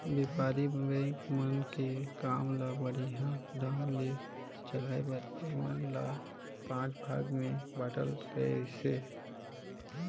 बेपारी बेंक मन के काम ल बड़िहा ढंग ले चलाये बर ऐमन ल पांच भाग मे बांटल गइसे